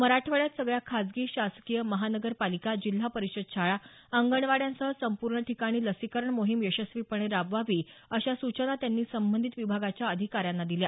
मराठवाड्यात सगळ्या खासगी शासकीय महानगरपालिका जिल्हा परिषद शाळा अंगणवाड्यांसह संपूर्ण ठिकाणी लसीकरण मोहीम यशस्वीपणे राबवावी अशा सूचना त्यांनी संबधित विभागाच्या अधिकाऱ्यांना दिल्या